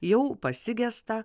jau pasigestą